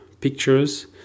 pictures